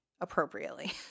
appropriately